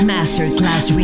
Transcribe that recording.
Masterclass